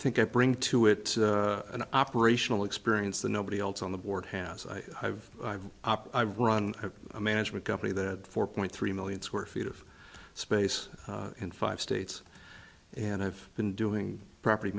think i bring to it an operational experience that nobody else on the board has i have i run a management company that four point three million square feet of space in five states and i've been doing property